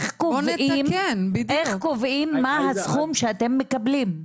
איך קובעים מה הסכום שאתם מקבלים?